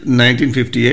1958